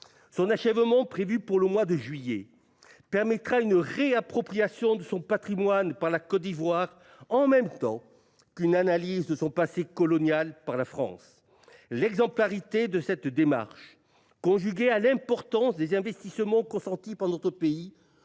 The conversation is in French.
Son achèvement, prévu pour le mois de juillet, permettra une réappropriation de son patrimoine par la Côte d'Ivoire en même temps qu'une analyse de son passé colonial par la France. L'exemplarité de cette démarche, conjuguée à l'importance des investissements consentis par notre pays,